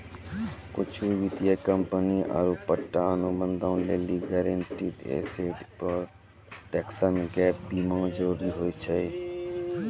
कुछु वित्तीय कंपनी आरु पट्टा अनुबंधो लेली गारंटीड एसेट प्रोटेक्शन गैप बीमा जरुरी होय छै